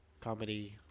comedy